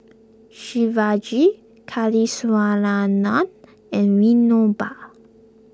Shivaji Kasiviswanathan and Vinoba